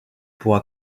pourra